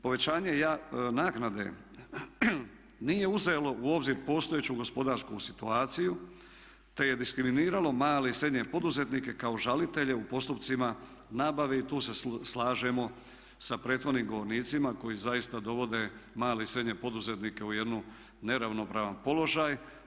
Povećanje naknade nije uzelo u obzir postojeću gospodarsku situaciju te je diskriminiralo male i srednje poduzetnike kao žalitelje u postupcima nabave i tu se slažemo sa prethodnim govornicima koji zaista dovode male i srednje poduzetnike u jedan neravnopravan položaj.